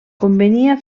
convenia